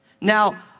Now